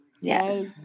yes